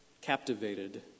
captivated